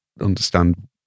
understand